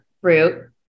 fruit